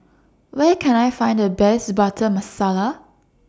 Where Can I Find The Best Butter Masala